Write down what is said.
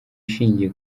ishingiye